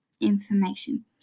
information